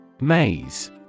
Maze